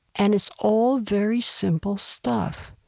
and it's all very simple stuff.